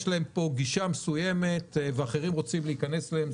יש להם פה גישה מסוימת, ואחרים רוצים להיכנס להם.